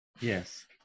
Yes